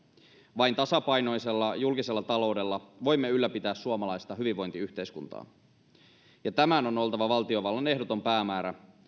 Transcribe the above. vain tasapainoisella julkisella taloudella voimme ylläpitää suomalaista hyvinvointiyhteiskuntaa tämän on oltava valtiovallan ehdoton päämäärä